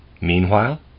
Meanwhile